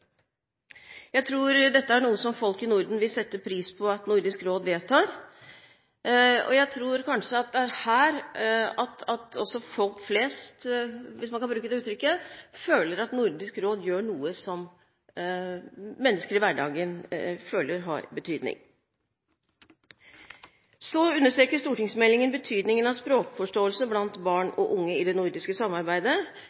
Jeg tror dette er noe som folk i Norden vil sette pris på at Nordisk råd vedtar. Jeg tror kanskje det er her folk flest, hvis man kan bruke det uttrykket, føler at Nordisk råd gjør noe som de mener har betydning i hverdagen. Så understreker stortingsmeldingen betydningen av språkforståelse blant barn og unge i det